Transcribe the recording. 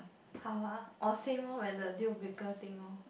how ah or same oh whether the deal-breaker thing oh